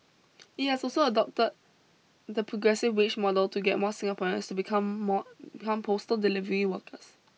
it has also adopted the progressive wage model to get more Singaporeans to become more become postal delivery workers